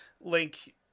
link